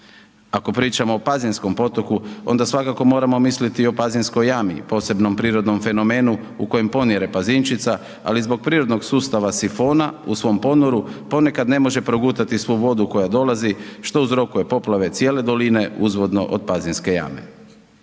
Ako pričamo o pazinskom potoku, onda svakako moramo misliti o Pazinskoj jami, posebnom prirodnom fenomenu u kojem ponire Pazinčica ali zbog prirodnog sustava sifona u svom ponoru, ponekad ne može progutati svu vodu koja dolazi što uzrokuje poplave cijele doline uzvodno od Pazinske jame.